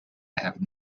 have